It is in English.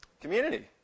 Community